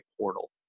portal